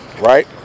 right